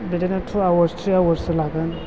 बिदिनो two hours three आवार्ससो लागोन